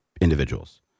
individuals